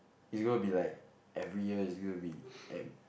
is going to be like every year is going to be at